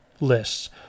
lists